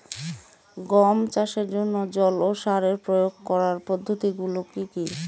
গম চাষের জন্যে জল ও সার প্রয়োগ করার পদ্ধতি গুলো কি কী?